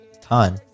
time